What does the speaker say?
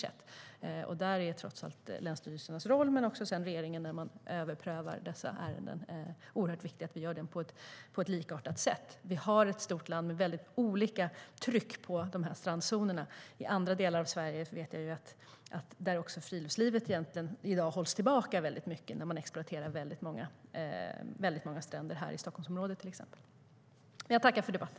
Därför är det oerhört viktigt att länsstyrelserna och regeringen gör överprövningen av dessa ärenden på ett likartat sätt. Jag tackar för debatten.